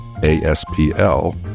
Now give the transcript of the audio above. ASPL